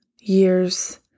years